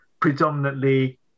predominantly